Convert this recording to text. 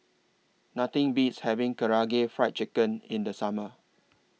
Nothing Beats having Karaage Fried Chicken in The Summer